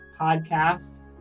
podcast